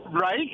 Right